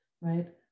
Right